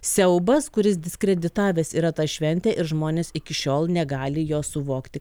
siaubas kuris diskreditavęs yra tą šventę ir žmonės iki šiol negali jos suvokti